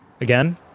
again